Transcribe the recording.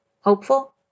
Hopeful